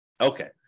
okay